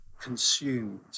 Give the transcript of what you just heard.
consumed